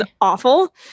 awful